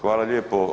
Hvala lijepo.